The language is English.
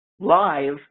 live